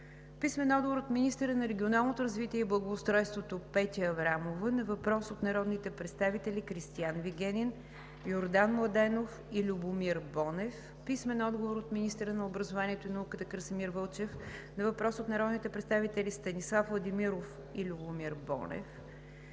Вигенин; - министъра на регионалното развитие и благоустройството Петя Аврамова на въпрос от народните представители Кристиан Вигенин, Йордан Младенов и Любомир Бонев; - министъра на образованието и науката Красимир Вълчев на въпрос от народните представители Станислав Владимиров и Любомир Бонев;